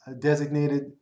designated